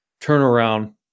turnaround